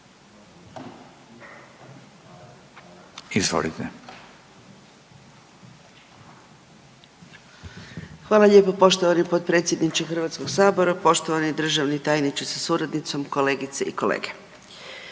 (GLAS)** Hvala lijepo poštovani potpredsjedniče Hrvatskog sabora. Poštovani državni tajniče sa suradnicom, kolegice i kolege,